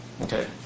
Okay